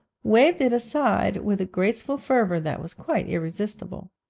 waived it aside with a graceful fervour that was quite irresistible.